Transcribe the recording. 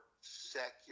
secular